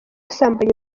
asambanya